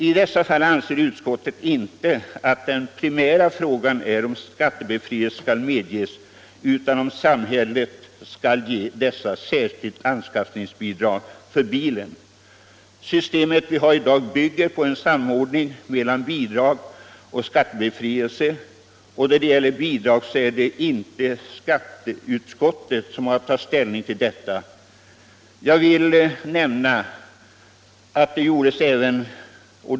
I dessa fall anser utskottet inte att den primära frågan är om skattebefrielse skall medges. utan om samhället skall ge dessa handikappade särskilt anskaffningsbidrag för bilen. Det system vi har i dag bygger på en samordning mellan bidrag och skattebefrielse. När det gäller bidrag är det inte skatteutskottets sak att ta ställning.